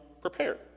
prepared